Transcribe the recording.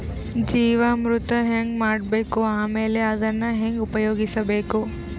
ಜೀವಾಮೃತ ಹೆಂಗ ಮಾಡಬೇಕು ಆಮೇಲೆ ಅದನ್ನ ಹೆಂಗ ಉಪಯೋಗಿಸಬೇಕು?